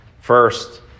first